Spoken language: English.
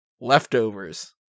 Leftovers